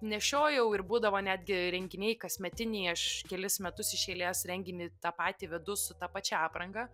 nešiojau ir būdavo netgi renginiai kasmetiniai aš kelis metus iš eilės renginį tą patį vedu su ta pačia apranga